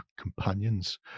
companions